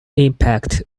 impact